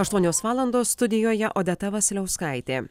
aštuonios valandos studijoje odeta vasiliauskaitė